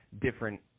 different